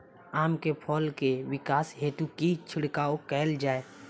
आम केँ फल केँ विकास हेतु की छिड़काव कैल जाए?